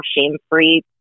shame-free